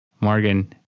Morgan